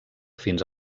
fins